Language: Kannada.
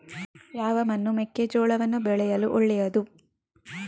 ಯಾವ ಮಣ್ಣು ಮೆಕ್ಕೆಜೋಳವನ್ನು ಬೆಳೆಯಲು ಒಳ್ಳೆಯದು?